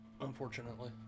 Unfortunately